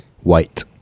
White